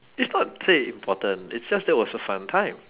it's not say important it's just that was a fun time